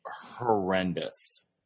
horrendous